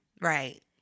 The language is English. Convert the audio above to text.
right